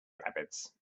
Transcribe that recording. rabbits